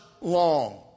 long